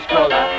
Cola